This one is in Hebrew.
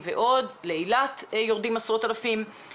אנחנו רוצים בעצם פה לקיים את הדיון הזה עם הגורמים שנמצאים איתנו פה.